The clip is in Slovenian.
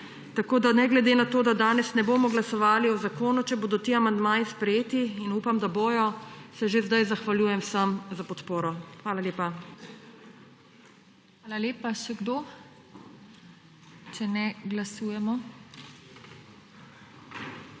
Tako da ne glede na to, da danes ne bomo glasovali o zakonu, če bodo ti amandmaji sprejeti, in upam, da bodo, se že zdaj zahvaljujem vsem za podporo. Hvala lepa. **PODPREDSEDNICA TINA HEFERLE:**